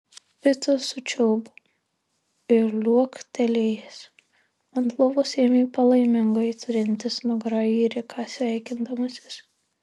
pitas sučiulbo ir liuoktelėjęs ant lovos ėmė palaimingai trintis nugara į riką sveikindamasis